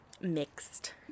mixed